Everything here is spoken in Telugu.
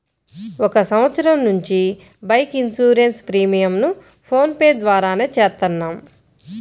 ఒక సంవత్సరం నుంచి బైక్ ఇన్సూరెన్స్ ప్రీమియంను ఫోన్ పే ద్వారానే చేత్తన్నాం